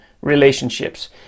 relationships